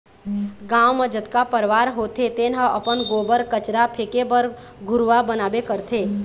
गाँव म जतका परवार होथे तेन ह अपन गोबर, कचरा फेके बर घुरूवा बनाबे करथे